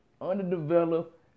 underdeveloped